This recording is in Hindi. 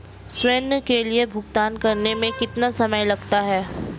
स्वयं के लिए भुगतान करने में कितना समय लगता है?